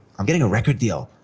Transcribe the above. i'm getting a record deal!